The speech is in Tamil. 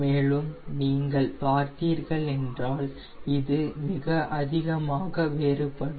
மேலும் நீங்கள் பார்த்தீர்கள் என்றால் இது மிக அதிகமாக வேறுபடும்